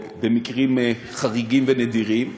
או במקרים חריגים ונדירים,